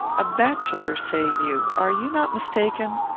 a bachelor, say you? are you not mistaken?